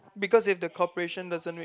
because if the corporation doesn't rake